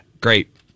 great